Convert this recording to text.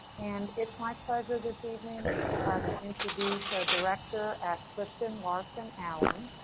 and it's my pleasure this evening to introduce a director at clifton larson allen.